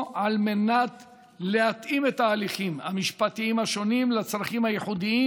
על מנת להתאים את ההליכים המשפטיים השונים לצרכים הייחודיים